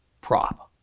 prop